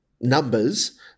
numbers